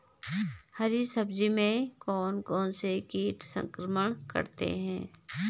हरी सब्जी में कौन कौन से कीट संक्रमण करते हैं?